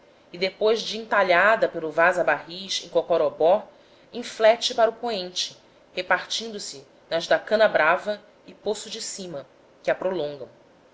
e depois de entalhadas pelo vaza barris em cocorobó inflete para o poente repartindose nas da canabrava e poço de cima que a prolongam